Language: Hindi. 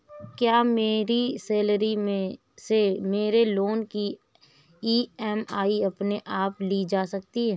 क्या मेरी सैलरी से मेरे लोंन की ई.एम.आई अपने आप ली जा सकती है?